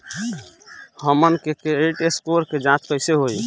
हमन के credit score के जांच कैसे होइ?